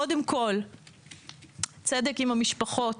קודם כל צדק עם המשפחות,